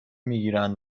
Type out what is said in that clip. میگیرند